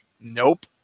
Nope